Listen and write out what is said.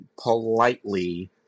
politely